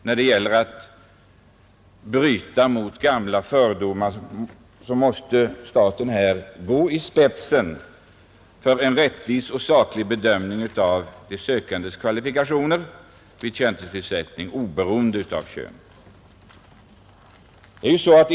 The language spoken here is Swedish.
När det gäller att bryta mot gamla fördomar måste staten här gå i spetsen för en rättvis och saklig bedömning av de sökandes kvalifikationer vid tjänstetillsättning oberoende av kön.